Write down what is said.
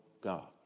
God